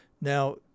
Now